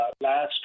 last